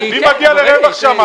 מי מגיע לרווח שם?